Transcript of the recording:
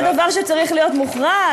זה דבר שצריך להיות מוחרג?